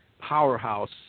powerhouse